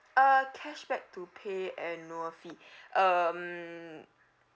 uh cashback to pay annual fee um